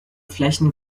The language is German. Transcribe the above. flächen